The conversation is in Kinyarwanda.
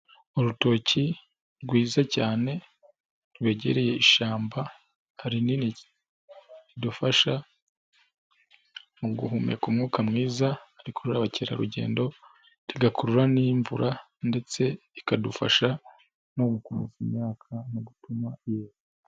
Urutoki rwiza cyane rwegereye ishyamba rinini ridufasha mu guhumeka umwuka mwiza, rikurura ba mukerarugendo, rigakurura n'imvura ndetse ikadufasha no gukomeza imyaka no gutuma yera.